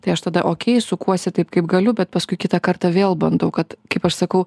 tai aš tada okei sukuosi taip kaip galiu bet paskui kitą kartą vėl bandau kad kaip aš sakau